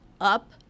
up